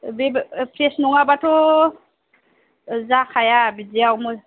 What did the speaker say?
बे फ्रेस नङाबाथ' जाखाया बिदियाव